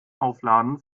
aufladen